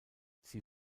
sie